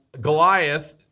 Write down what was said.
Goliath